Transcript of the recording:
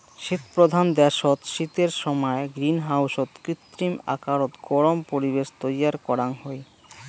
শীতপ্রধান দ্যাশত শীতের সমায় গ্রীনহাউসত কৃত্রিম আকারত গরম পরিবেশ তৈয়ার করাং হই